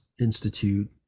Institute